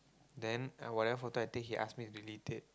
then whatever photo I take he ask me delete it